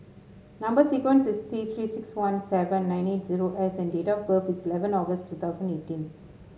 number sequence is T Three six one seven nine eight zero S and date of birth is eleven August two thousand and eighteen